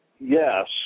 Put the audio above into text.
Yes